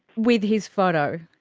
with his photo?